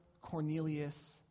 Cornelius